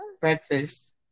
breakfast